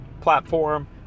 platform